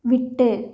விட்டு